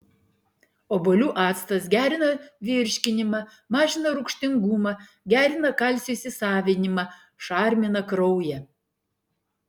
obuolių actas gerina virškinimą mažina rūgštingumą gerina kalcio įsisavinimą šarmina kraują